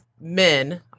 men